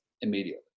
immediately